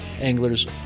anglers